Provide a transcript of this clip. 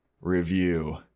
review